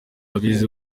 abize